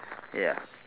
ya